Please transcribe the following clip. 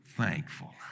thankful